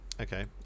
Okay